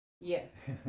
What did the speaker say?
Yes